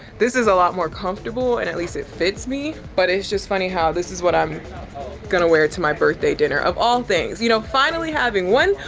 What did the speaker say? this is a lot more comfortable. and at least it fits me, but it's just funny how this is what i'm gonna wear to my birthday dinner of all things, you know, finally having one,